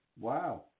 Wow